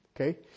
okay